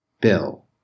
Bill